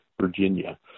Virginia